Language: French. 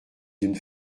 d’une